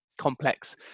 complex